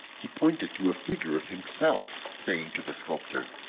he pointed to a figure of himself, saying to the sculptor,